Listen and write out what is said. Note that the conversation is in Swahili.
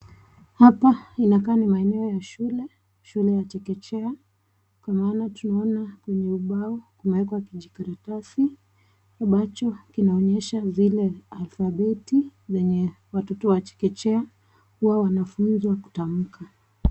Hapa inakaa ni maeneo ya shule, shule ya chekechea kwa maana tunaona ni ubao kumewekwa kijikaratasi ambacho kinaonyesha zile alphabeti zenye watoto wa chekechea huwa wanafunzwa kutamka.